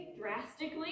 drastically